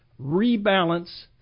rebalance